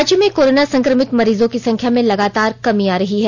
राज्य में कोरोना संक्रमित मरीजों की संख्या में लगातार कमी आ रही है